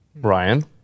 Ryan